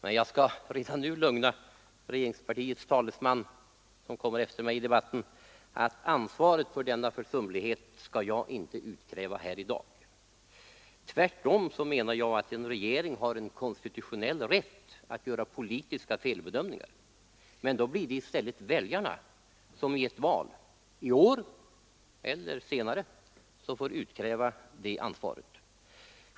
Men jag skall redan nu lugna regeringspartiets talesman, som kommer efter mig i debatten, med att jag inte tänker utkräva ansvar för denna försumlighet i dag. Tvärtom menar jag att en regering har konstitutionell rätt att göra politiska felbedömningar; men då får i stället väljarna i val — i år eller senare — utkräva det ansvaret.